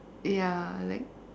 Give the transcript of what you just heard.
ya like